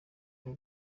bwo